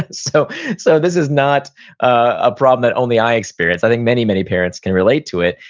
so so this is not a problem that only i experience. i think many, many parents can relate to it.